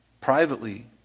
privately